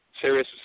Serious